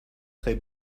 très